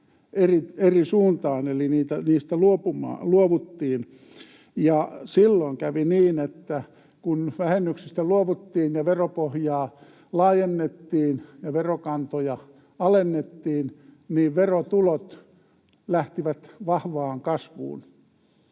vähennyksestä luovuttiin. Silloin kävi niin, että kun vähennyksestä luovuttiin ja veropohjaa laajennettiin ja verokantoja alennettiin, niin verotulot lähtivät vahvaan kasvuun.